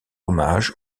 hommage